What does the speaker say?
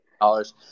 dollars